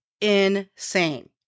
Insane